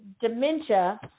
dementia